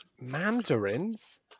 Mandarins